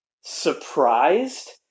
surprised